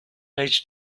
age